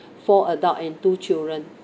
four adults and two children